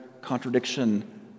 contradiction